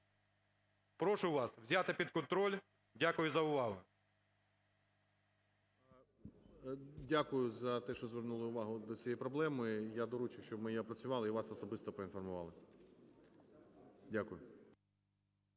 Прошу вас узяти під контроль. Дякую за увагу. 11:19:24 ГРОЙСМАН В.Б. Дякую за те, що звернули увагу до цієї проблеми. Я доручу, щоб ми її опрацювали і вас особисто проінформували. Дякую.